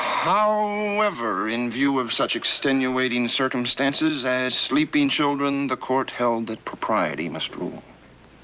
however, in view of such extenuating circumstances as sleeping children, the court held that propriety must rule.